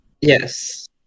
yes